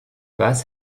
was